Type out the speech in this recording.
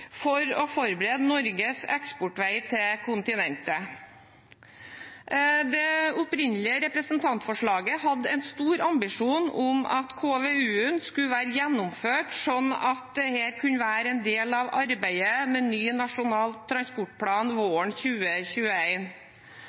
for å forberede Norges eksportvei til kontinentet. Det opprinnelige representantforslaget hadde en stor ambisjon om at KVU-en skulle være gjennomført slik at dette kunne være en del av arbeidet med ny Nasjonal transportplan våren